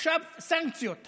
עכשיו סנקציות.